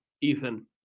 Ethan